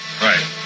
Right